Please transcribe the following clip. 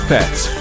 Pets